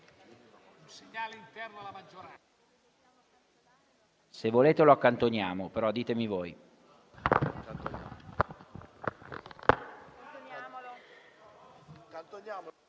Se volete lo accantoniamo, però ditemi voi.